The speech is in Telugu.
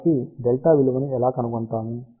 కాబట్టి δ విలువను ఎలా కనుగొంటాము